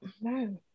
no